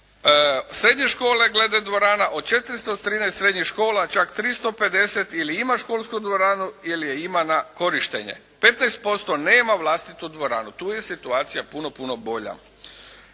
Srednje škole glede dvorana od 413 srednjih škola, čak 350 ili ima školsku dvoranu ili je ima na korištenje. 15% nema vlastitu dvoranu, tu je situacija puno puno bolja.